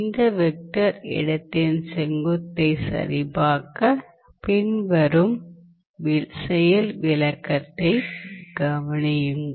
இந்த வெக்டர் இடத்தின் செங்குத்தைச் சரிபார்க்க பின்வரும் செயல் விளக்கத்தைக் கவனியுங்கள்